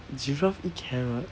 giraffe eat carrot